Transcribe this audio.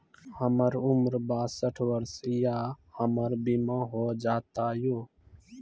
हमर उम्र बासठ वर्ष या हमर बीमा हो जाता यो?